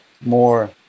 more